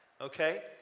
Okay